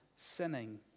sinning